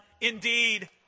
Indeed